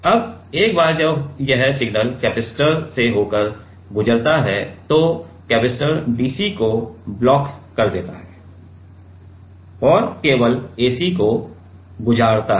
अब एक बार जब यह सिग्नल कैपेसिटर से होकर गुजरता है तो कैपेसिटर dc को ब्लॉक कर देता है केवल ac को गुजारता है